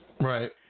Right